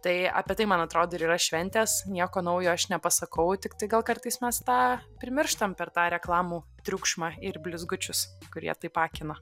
tai apie tai man atrodo ir yra šventės nieko naujo aš nepasakau tiktai gal kartais mes tą primirštam per tą reklamų triukšmą ir blizgučius kurie taip akina